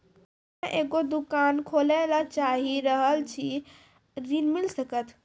हम्मे एगो दुकान खोले ला चाही रहल छी ऋण मिल सकत?